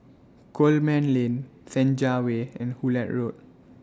Coleman Lane Senja Way and Hullet Road